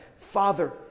Father